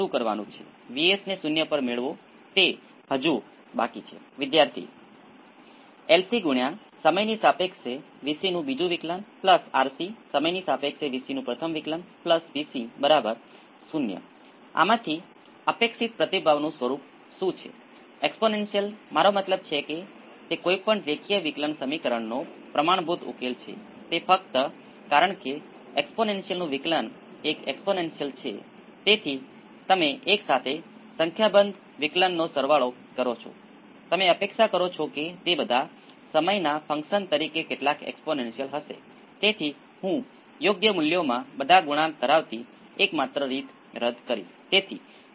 તેથી પહેલા હું ફક્ત રેખીય સ્કેલ કરીશ તમે તે જાતે લોગ સ્કેલ કરી શકો છો અને પછી V c by V s સામે ω માં શું થાય છે તે જુઓ V c by V s માટે સમીકરણ શું છે તમે જાણો છો કે તે શું છે તે શું છે વોલ્ટેજ વિભાજક તે 1 બાય થી બહાર આવે છે આપણે શરૂ કરીએ સરસ